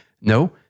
No